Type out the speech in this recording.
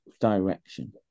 direction